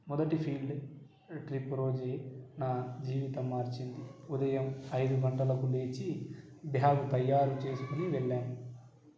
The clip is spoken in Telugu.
మొదటి ఫీల్డ్ ట్రిప్ రోజు నా జీవితం మార్చింది ఉదయం ఐదు గంటలకు లేచి బ్యాగు తయారు చేసుకుని వెళ్ళాము